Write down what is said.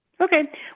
Okay